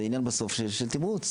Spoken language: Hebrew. זה עניין, בסוף, של תמרוץ.